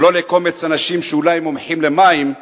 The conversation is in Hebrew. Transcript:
ולא לקומץ אנשים שאולי הם מומחים למים,